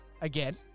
Again